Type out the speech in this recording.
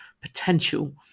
potential